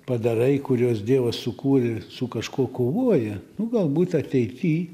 padarai kuriuos dievas sukūrė su kaškuo kovoja nu galbūt ateity